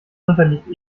unterliegt